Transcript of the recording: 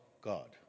God